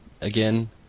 again